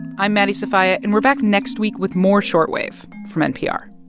i'm maddie sofia, and we're back next week with more short wave from npr